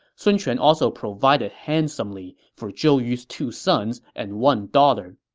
sun quan also provided handsomely for zhou yu's two sons and one daughter